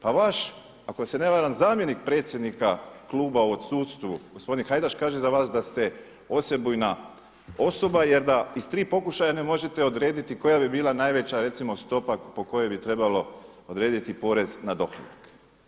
Pa vaš ako se ne varam zamjenik predsjednika kluba u odsustvu gospodin Hajdaš kaže za vas da ste osebujna osoba jer da iz 3 pokušaja ne možete odrediti koja bi bila najveća recimo stopa po kojoj bi trebalo odrediti porez na dohodak.